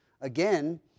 again